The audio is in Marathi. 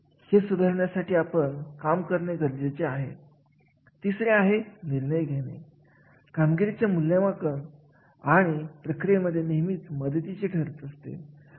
आणि ही आव्हाने अनपेक्षित असतात यासाठी तयारी झालेली नसते आणि मग अशी आव्हाने हाताळण्यासाठी खूपच चपाती चे कार्याचे मूल्यमापन करावे लागते आणि अशा कार्याला जास्त महत्त्व प्राप्त होते